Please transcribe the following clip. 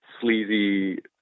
sleazy